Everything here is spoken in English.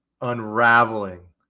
unraveling